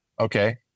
Okay